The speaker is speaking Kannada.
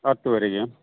ಹತ್ತುವರೆಗೆ